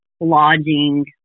lodging